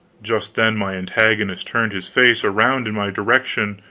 just then my antagonist turned his face around in my direction,